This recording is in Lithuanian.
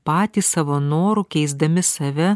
patys savo noru keisdami save